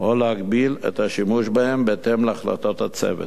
או להגביל את השימוש בהם בהתאם להחלטות הצוות."